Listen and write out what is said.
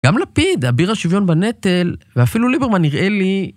גם לפיד, אביר השוויון בנטל, ואפילו ליברמן נראה לי...